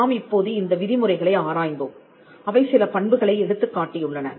நாம் இப்போது இந்த விதிமுறைகளை ஆராய்ந்தோம் அவை சில பண்புகளை எடுத்துக் காட்டியுள்ளன